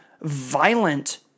violent